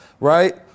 right